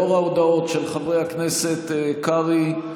לאור ההודעות של חברי הכנסת קרעי,